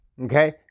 okay